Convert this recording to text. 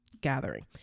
gathering